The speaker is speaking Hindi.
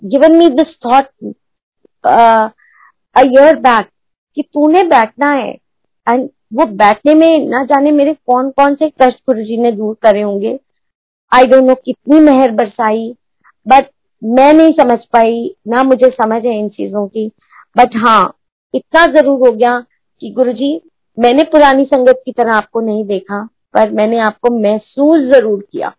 given me this thought, uh, a year back, कि तूने बैठना है, and वो बैठने में न जाने मेरे कौन-कौन से कष्ट गुरुजी ने दूर करे होंगे। I don't know कितनी मेहर बरसाई, but मैं नहीं समझ पाई, ना मुझे समझ है इन चीजों की। But हाँ, इतना जरूर हो गया कि गुरुजी, मैंने पुरानी संगत की तरह आपको नहीं देखा, पर मैंने आपको महसूस जरूर किया।